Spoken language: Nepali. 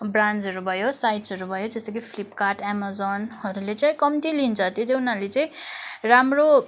ब्रान्ड्सहरू भयो साइट्सहरू भयो जस्तो कि फ्लिपकार्ट अमेजनहरूले चाहिँ कम्ती लिन्छ त्यो चाहिँ उनीहरूले चाहिँ राम्रो